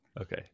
okay